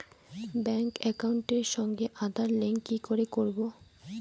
Bank একাউন্টের সঙ্গে Aadhaar link কি করে করবো?